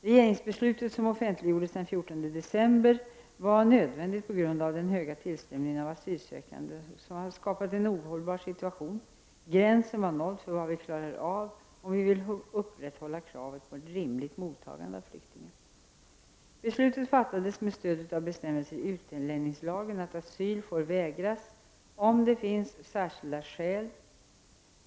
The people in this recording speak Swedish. Regeringsbeslutet som offentliggjordes den 14 december var nödvändigt på grund av att den höga tillströmningen av asylsökande skapat en ohållbar situation — gränsen var nådd för vad vi klarar av om vi vill upprätthålla kravet på ett rimligt mottagande av flyktingar. Beslutet fattades med stöd av en bestämmelse i utlänningslagen att asyl får vägras, om det finns särskilda skäl .